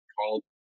Called